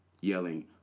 yelling